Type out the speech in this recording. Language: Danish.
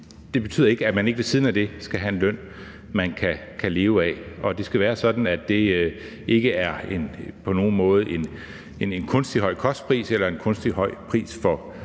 Det betyder ikke, at man ikke ved siden af det skal have en løn, man kan leve af, og det skal være sådan, at det ikke på nogen måde er en kunstig høj kostpris eller en kunstig høj pris for bolig.